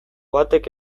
batek